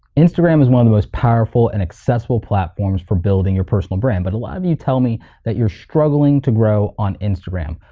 instagram is one of the most powerful and accessible platforms for building your personal brand but a lot of you tell me that you're struggling to grow on instagram.